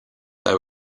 there